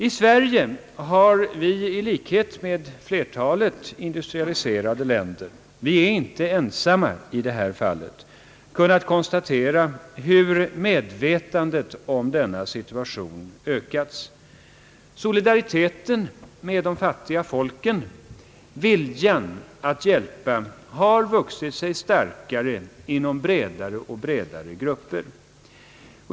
I Sverige har vi i likhet med flertalet industrialiserade länder — vi är inte ensamma i detta fall — kunnat konstatera hur medvetandet om denna situation ökas. Solidariteten med de fattiga folken och viljan att hjälpa har vuxit sig allt starkare inom bredare och bredare grupper.